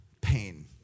pain